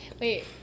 Wait